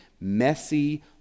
messy